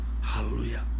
Hallelujah